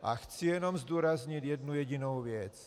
A chci jenom zdůraznit jednu jedinou věc.